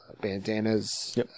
bandanas